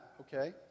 okay